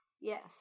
Yes